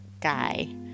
guy